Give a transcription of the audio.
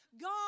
God